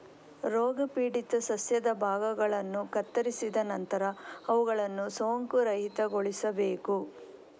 ರೋಗಪೀಡಿತ ಸಸ್ಯದ ಭಾಗಗಳನ್ನು ಕತ್ತರಿಸಿದ ನಂತರ ಅವುಗಳನ್ನು ಸೋಂಕುರಹಿತಗೊಳಿಸಬೇಕು